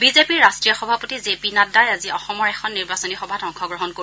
বিজেপিৰ ৰাষ্ট্ৰীয় সভাপতি জে পি নাড্ডাই আজি অসমৰ এখন নিৰ্বাচনী সভাত অংশগ্ৰহণ কৰিব